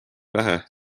vähe